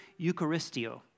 Eucharistio